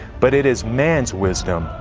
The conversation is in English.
but it is man's wisdom,